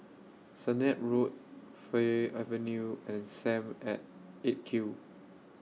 Sennett Road Fir Avenue and SAM At eight Q